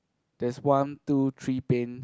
there's one two three paints